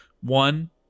one